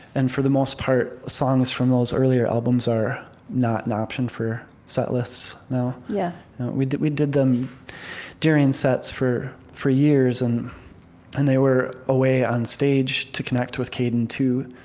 and for the most part, songs from those earlier albums are not an option for set lists now. yeah we did we did them during sets for for years, and and they were a way, onstage, to connect with kaidin too,